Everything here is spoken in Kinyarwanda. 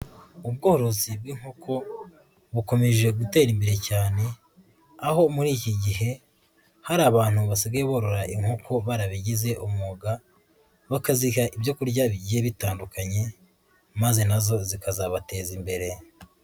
Ubworozi bw'inkoko bukomeje gutera imbere cyane, aho muri iki gihe hari abantu basigaye borora inkoko barabijyize umwuga bakaziha ibyo kurya bitandukanye maze nazo zikazabateza imbere.